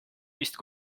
vist